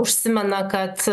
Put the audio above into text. užsimena kad